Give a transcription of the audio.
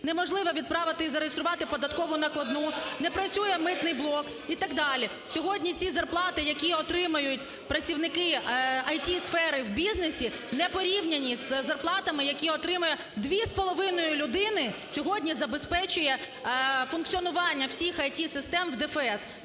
неможливо відправити і зареєструвати податкову накладну, не працює митний блок і так далі. Сьогодні ці зарплати, які отримують працівники ІТ-сфери в бізнесі, непорівнянні із зарплатами, які отримує... дві з половиною людини сьогодні забезпечує функціонування всіх ІТ-систем в ДФС.